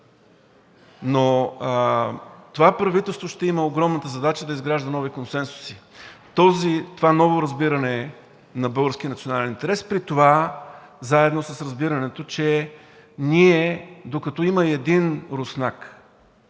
Но това правителство ще има огромната задача да изгражда нови консенсуси. Това е новото разбиране на българския национален интерес – разбирането, че докато има и един руснак,